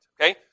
Okay